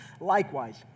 Likewise